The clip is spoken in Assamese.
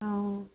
অ